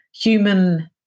human